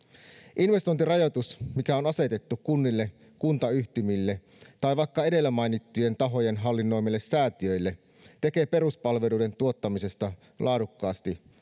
investointirajoitus mikä on asetettu kunnille kuntayhtymille tai vaikka edellä mainittujen tahojen hallinnoimille säätiöille tekee peruspalveluiden tuottamisesta laadukkaasti